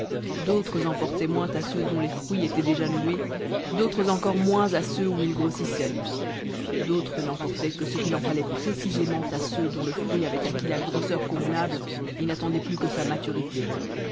d'autres en portaient moins à ceux dont les fruits étaient déjà noués d'autres encore moins à ceux où ils grossissaient d'autres n'en portaient que ce qu'il en fallait précisément à ceux dont le fruit avait acquis la grosseur convenable et n'attendait plus que sa maturité